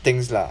things lah